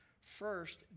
first